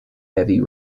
heavy